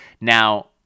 Now